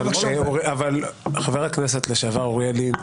חבר הכנסת לשעבר אוריאל לין,